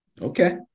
Okay